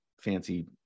fancy